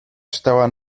czytała